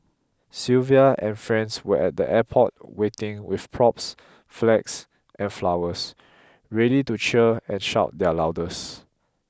Sylvia and friends were at the airport waiting with props flags and flowers ready to cheer and shout their loudest